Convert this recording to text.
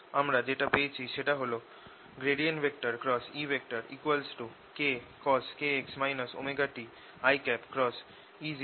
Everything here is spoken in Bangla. আমরা যেটা পেয়েছি সেটা হল E kcos kx ωt iE0